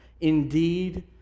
Indeed